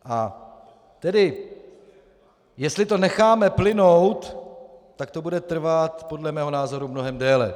A tedy jestli to necháme plynout, tak to bude trvat podle mého názoru mnohem déle.